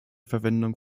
verwendung